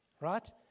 right